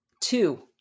Two